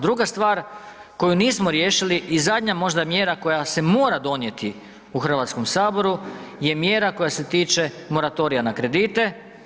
Druga stvar koju nismo riješili i zadnja možda mjera koja se mora donijeti u Hrvatskom saboru je mjera koja se tiče moratorija na kredite.